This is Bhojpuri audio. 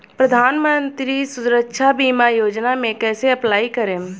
प्रधानमंत्री सुरक्षा बीमा योजना मे कैसे अप्लाई करेम?